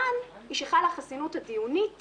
כאן היא שחלה החסינות הדיונית בלבד.